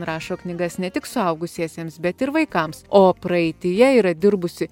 rašo knygas ne tik suaugusiesiems bet ir vaikams o praeityje yra dirbusi